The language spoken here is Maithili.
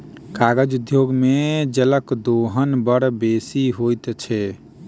कागज उद्योग मे जलक दोहन बड़ बेसी होइत छै